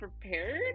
prepared